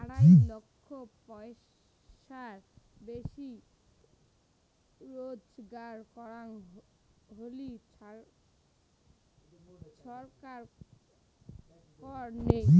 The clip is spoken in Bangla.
আড়াই লক্ষ পয়সার বেশি রুজগার করং হলি ছরকার কর নেই